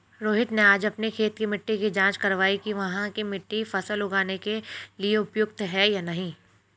रोहित ने आज अपनी खेत की मिट्टी की जाँच कारवाई कि वहाँ की मिट्टी फसल उगाने के लिए उपयुक्त है या नहीं